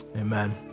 Amen